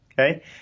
okay